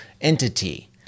entity